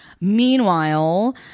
meanwhile